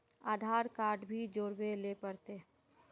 आधार card भी जोरबे ले पड़ते?